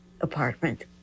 apartment